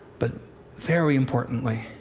but very importantly,